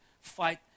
fight